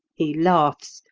he laughs,